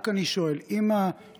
רק אני שואל, אם התוכנית